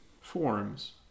forms